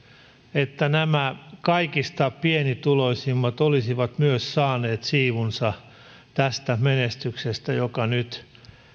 että kaikista pienituloisimmat olisivat myös saaneet siivunsa tästä menestyksestä joka nyt